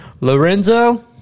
Lorenzo